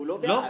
לא.